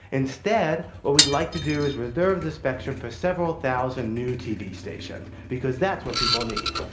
instead, what we'd like to do is reserve the spectrum for several thousand new tv stations, because that's what people need.